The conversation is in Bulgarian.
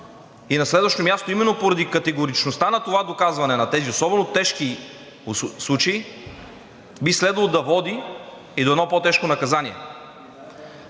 На следващо място, именно поради категоричността на това доказване на тези особено тежки случаи, би следвало да води и до едно по-тежко наказание.